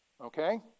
Okay